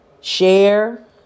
share